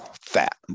fat